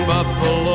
Buffalo